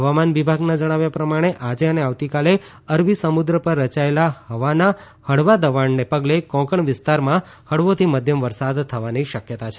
હવામાન વિભાગના જણાવ્યા પ્રમાણે આજે અને આવતીકાલે અરબી સમુદ્ર પર રચાયેલા હવાના હળવા દબાણને પગલે કોંકણ વીસ્તારમાં હળવોથી મધ્યમ વરસાદ થવાની શકયતા છે